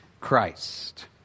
Christ